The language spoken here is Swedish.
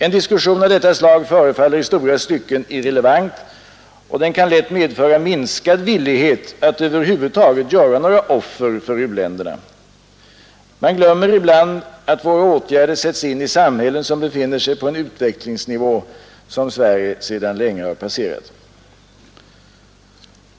En diskussion av detta slag förefaller i stora stycken irrelevant, och den kan lätt medföra minskad villighet att över huvud taget göra några offer för u-länderna. Man glömmer ibland att våra åtgärder sätts in i samhällen som befinner sig på en utvecklingsnivå som Sverige sedan länge har passerat.